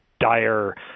dire –